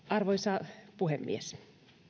arvoisa puhemies